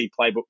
Playbook